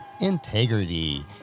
integrity